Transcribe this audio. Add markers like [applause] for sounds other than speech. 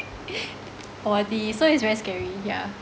[laughs] body so it's very scary yeah